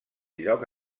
lloc